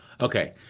Okay